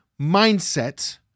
mindset